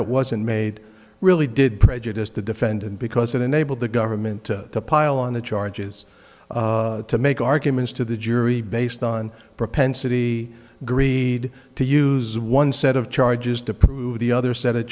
it wasn't made really did prejudice the defendant because it enabled the government to pile on the charges to make arguments to the jury based on propensity greed to use one set of charges to prove the other set of